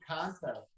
concept